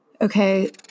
Okay